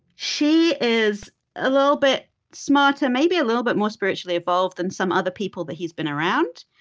she is a little bit smarter, maybe a little bit more spiritually evolved than some other people that he's been around,